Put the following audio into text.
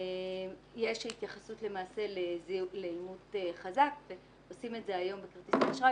יש התייחסות לאימות חזק ועושים את זה היום בכרטיס אשראי